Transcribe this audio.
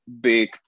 big